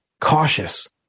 cautious